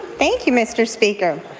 thank you, mr. speaker.